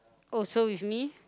oh so with me